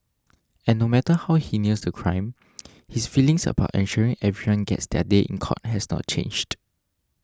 and no matter how heinous the crime his feelings about ensuring everyone gets their day in court has not changed